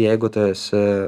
jeigu tu esi